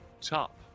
top